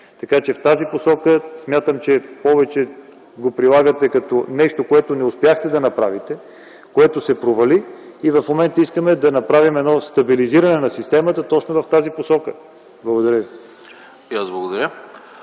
бъдат възприемани. Смятам, че повече искате да прилагате нещо, което не успяхте да направите, което се провали, а в момента искаме да направим стабилизиране на системата точно в тази посока. Благодаря ви.